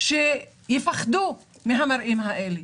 שתפחדנה מהמראות הללו.